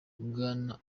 bwana